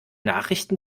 nachrichten